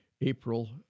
April